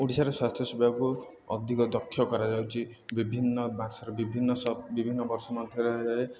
ଓଡ଼ିଶାର ସ୍ୱାସ୍ଥ୍ୟ ସେବାକୁ ଅଧିକ ଦକ୍ଷ କରାଯାଉଛି ବିଭିନ୍ନ ବାସରେ ବିଭିନ୍ନ ସବୁ ବିଭିନ୍ନ ବର୍ଷ